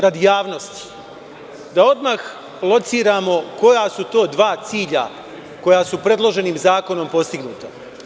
Radi javnosti, da odmah lociramo koja su to dva cilja koja su predloženim zakonom postignuta.